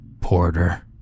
Porter